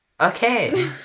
Okay